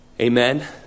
Amen